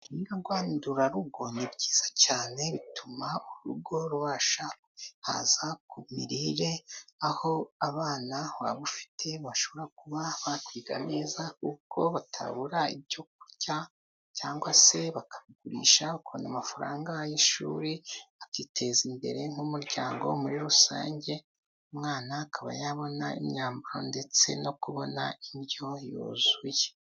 Ibihingwa ngandurarugo ni byiza cyane, bituma urugo rubasha kwihaza ku mirire, aho abana waba ufite bashobora kuba bakwiga neza, ubwo batabura ibyo kurya cyangwa se bakagurisha ukabona amafaranga y'ishuri akiteza imbere nk'umuryango muri rusange, umwana akaba yabona imyambaro ndetse no kubona indyo yuzuye.